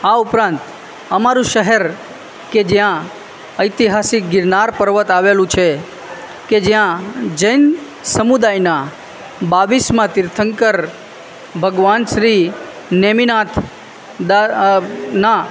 આ ઉપરાંત અમારું શહેર કે જ્યાં ઐતિહાસિક ગિરનાર પર્વત આવેલું છે કે જ્યાં જૈન સમુદાયના બાવીસમા તીર્થંકર ભગવાન શ્રી નેમિનાથ દા ના